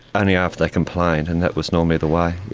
only after they complained. and that was normally the way,